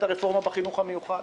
את הרפורמה בחינוך המיוחד,